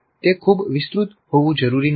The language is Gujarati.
તે ખૂબ વિસ્તૃત હોવું જરૂરી નથી